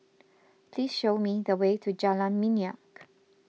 please show me the way to Jalan Minyak